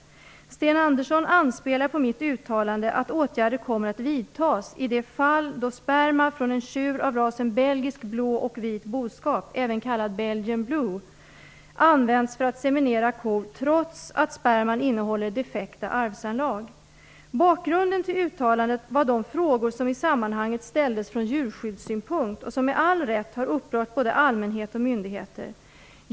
Sten Andersson anspelar på mitt uttalande att åtgärder kommer att vidtas i det fall då sperma från en tjur av rasen belgisk blå och vit boskap, även kallad belgian blue, använts för att seminera kor trots att sperman innehåller defekta arvsanlag. Bakgrunden till uttalandet var de frågor som i sammanhanget ställdes från djurskyddssynpunkt, och som med all rätt har upprört både allmänhet och myndigheter.